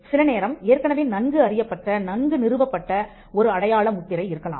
சில நேரம் ஏற்கனவே நன்கு அறியப்பட்ட நன்கு நிறுவப்பட்ட ஒரு அடையாள முத்திரை இருக்கலாம்